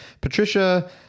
Patricia